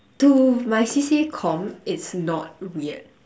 to my C_C_A comm it's not weird